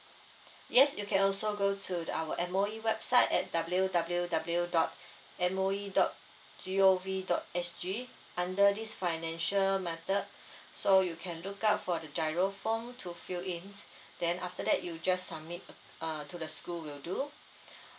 yes you can also go to our website at W W W dot M O E dot G O V dot S G under this financial matter so you can look out for the G_I_R_O form to fill in then after that you just submit err to the school will do